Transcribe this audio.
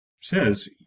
says